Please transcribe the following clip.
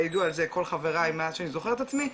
יעידו על זה כל חבריי מאז שאני זוכר את עצמי.